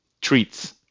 treats